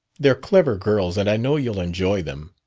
they're clever girls and i know you'll enjoy them.